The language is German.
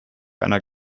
einer